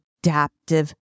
adaptive